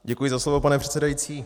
Děkuji za slovo, pane předsedající.